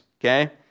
okay